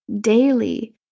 daily